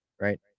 right